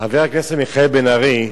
חבר הכנסת מיכאל בן-ארי,